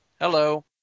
Hello